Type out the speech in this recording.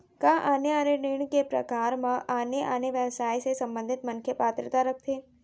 का आने आने ऋण के प्रकार म आने आने व्यवसाय से संबंधित मनखे पात्रता रखथे?